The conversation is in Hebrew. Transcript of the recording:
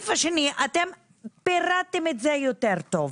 אתם פירטתם את זה יותר טוב,